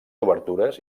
obertures